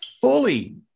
fully